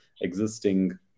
existing